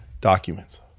documents